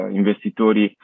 investitori